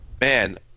Man